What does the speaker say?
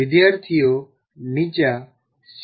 વિદ્યાર્થીઓ નીચા સી